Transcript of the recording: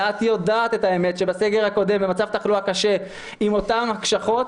ואת יודעת את האמת שבסגר הקודם במצב תחלואה קשה עם אותן הקשחות,